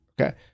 Okay